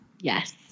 Yes